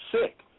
sick